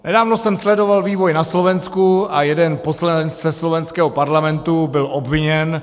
Nedávno jsem sledoval vývoj na Slovensku a jeden poslanec ze slovenského parlamentu byl obviněn.